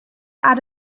add